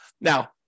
Now